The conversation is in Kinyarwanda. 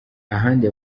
ahandi